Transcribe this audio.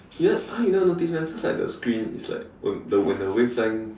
you never !huh! you never notice meh cause like the screen is like when the wavelength